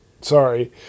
sorry